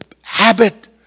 habit